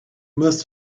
must